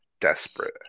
desperate